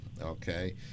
okay